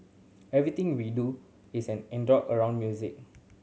everything we do is anchored around music